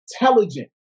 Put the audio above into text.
intelligent